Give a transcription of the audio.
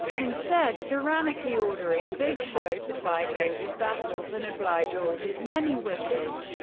instead tyrannically ordering big show to fight all his battles and oblige all his many wishes.